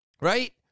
right